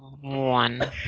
one